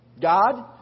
God